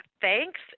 thanks